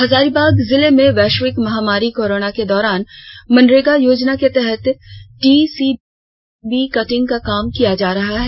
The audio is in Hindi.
हजारीबाग जिले में वैश्विक महामारी कोरोना के दौरान मनरेगा योजना के तहत टीसीबी कटिंग का काम किया जा रहा है